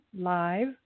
live